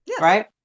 right